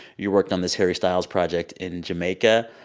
you worked on this harry styles project in jamaica.